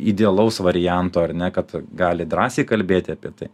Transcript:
idealaus varianto ar ne kad gali drąsiai kalbėti apie tai